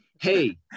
hey